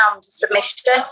submission